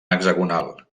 hexagonal